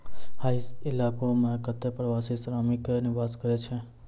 हय इलाको म कत्ते प्रवासी श्रमिक निवास करै छै